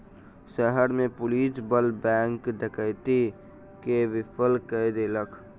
शहर में पुलिस बल बैंक डकैती के विफल कय देलक